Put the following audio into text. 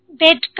bed